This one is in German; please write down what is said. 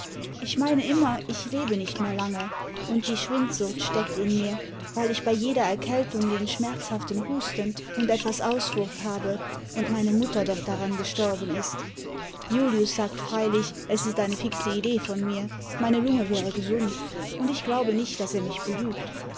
ich meine immer ich lebe nicht mehr lange imd die schwindsucht steckt in mir weil ich bei jeder erkältung den schmerzhaften husten und etwas auswurf habe imd meine mutter doch daran gestorben ist julius sagt freilich es ist eine fixe idee von mir meine lunge wäre gesund und ich glaube nicht daß er mich belügt